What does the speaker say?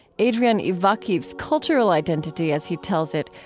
adrian ivakhiv's cultural identity, as he tells it,